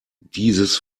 dieses